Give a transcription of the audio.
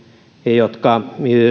jotka